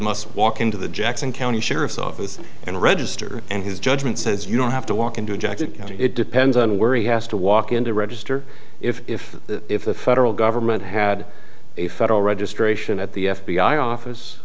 must walk into the jackson county sheriff's office and register and his judgment says you don't have to walk into a jacket it depends on where he has to walk in to register if if the federal government had a federal registration at the f b i office